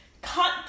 cut